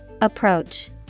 Approach